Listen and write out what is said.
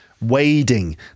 Wading